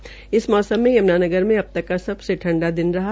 आज इस मौसम मे यम्नानगर मे अबतक का सबसे ठंडा दिन रहा